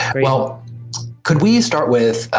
well could we start with,